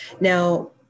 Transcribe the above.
Now